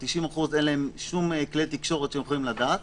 ל-90% אין שום כלי תקשורת שהם צריכים לדעת,